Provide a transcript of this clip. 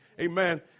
Amen